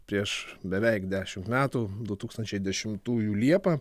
prieš beveik dešimt metų du tūkstančiai dešimtųjų liepą